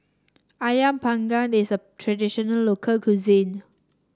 ayam Panggang is a traditional local cuisine